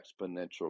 exponential